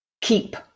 Keep